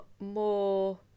more